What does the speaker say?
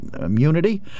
immunity